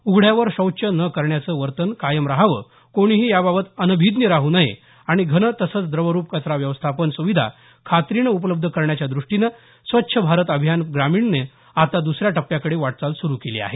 उघड्यावर शौच न करण्याचं वतेन कायम राहावं कोणीही याबाबत अनभिज्ञ राहू नये आणि घन तसंच द्रवरुप कचरा व्यवस्थापन सुविधा खात्रीने उपलब्ध करण्याच्या दृष्टीनं स्वच्छ भारत अभियान ग्रामीणने आता दुसऱ्या टप्प्याकडे वाटचाल सुरु केली आहे